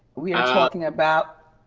we are talking about.